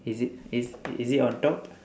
is it is is it on top